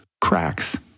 cracks